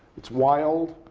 it's wild.